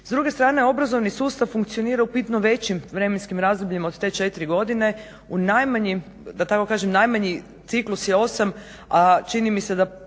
S druge strane obrazovni sustav funkcionira u bitno većim vremenskim razdobljima od te 4 godine u najmanje, da tako kažem ciklus je 8 a čini mi se da